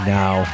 now